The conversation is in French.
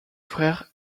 frère